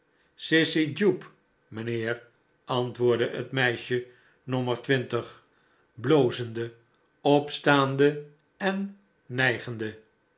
jupe mijnheer antwoordde het meisje nommer twintig blozende opstaande en nijgende